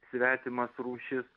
svetimas rūšis